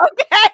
Okay